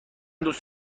دوست